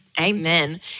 Amen